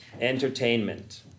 Entertainment